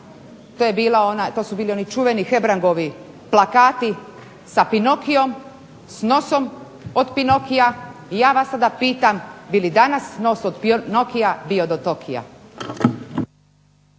to su bili oni čuveni Hebrangovi plakati s Pinokiom, s nosom od Pinokia i ja vas sada pitam bi li danas nos od Pinokia bio do Tokia.